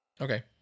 Okay